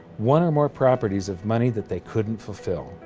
one or more properties of money that they couldn't fulfill.